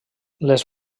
les